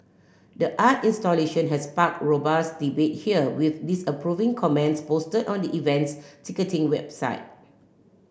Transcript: the art installation had sparked robust debate here with disapproving comments posted on the event's ticketing website